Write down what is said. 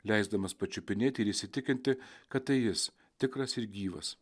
leisdamas pačiupinėti ir įsitikinti kad tai jis tikras ir gyvas